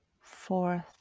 fourth